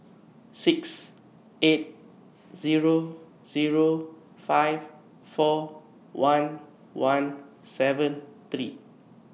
six eight Zero Zero five four one one seven three